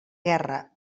guerra